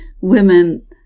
women